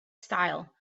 style